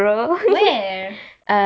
where